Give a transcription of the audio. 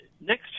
next